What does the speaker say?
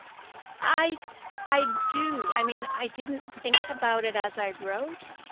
i i do. i mean i didn't think about it as i wrote.